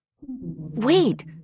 Wait